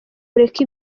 ureke